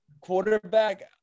quarterback